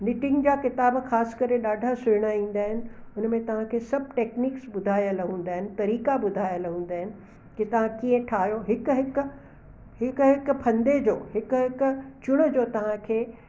knitting जा किताब ख़ासि करे ॾाढा सुहिणा ईंदा आहिनि हुन में तव्हांखे सभु टेक्निक्स ॿुधाइलु हूंदा आहिनि तरीक़ा ॿुधाइलु हूंदा आहिनि की तव्हां कीअं ठाहियो हिकु हिकु हिकु हिकु फंदे जो हिकु हिकु चुण जो तव्हांखे